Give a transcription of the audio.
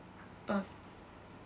err